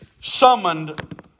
summoned